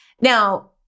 Now